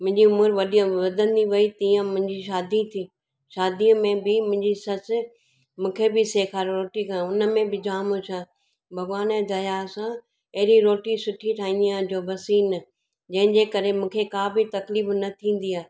मुंहिंजी उमिरि वॾी वधंदी वई तीअं मुंहिंजी शादी थी शादीअ में बि मुंहिंजी ससु मूंखे बि सेखारियो रोटी कनि उनमें बि जाम होश्यारु भॻिवान जी दया सां अहिड़ी रोटी सुठी ठाहींदी आहियां जो बस ई न जंहिंजे करे मूंखे को बि तकलीफ़ न थींदी आहे